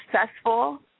successful